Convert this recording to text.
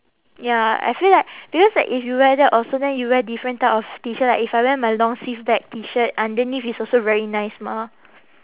ya I feel like because like if you wear that also then you wear different type of T shirt like if I wear my long sleeve black T shirt underneath is also very nice mah